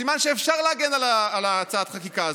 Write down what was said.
סימן שאפשר להגן על הצעת החקיקה הזאת.